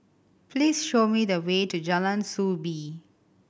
please show me the way to Jalan Soo Bee